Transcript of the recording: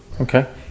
okay